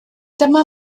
dyma